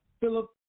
Philip